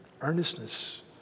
earnestness